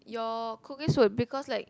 your cookies will because like